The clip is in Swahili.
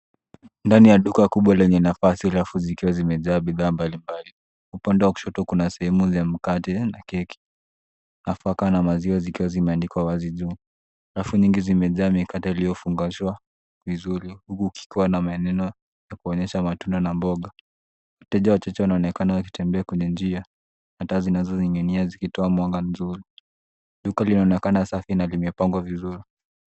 Ndani ya duka kubwa lenye nafasi, rafu zake zimejaa bidhaa mbalimbali. Kuna sehemu moja kando ambayo imejaa matunda na keki. Aidha, kuna maziwa yaliyowekwa kwa wingi. Bidhaa nyingine zimejaa makaratasi yaliyofungashwa vizuri, yakiwa na maandiko yanayoonyesha watu na nembo. Wateja wachache wanaonekana wakitembea kwenye njia. Taa nzuri zenye mwangaza zinatoa mwanga mzuri. Nukuu zinaonyesha sakafu imepangwa vizuri.